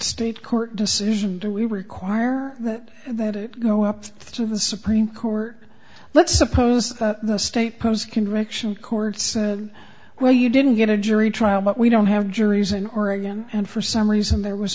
state court decision do we require that and that it go up to the supreme court let's suppose the state goes can richen court said well you didn't get a jury trial but we don't have juries in oregon and for some reason there was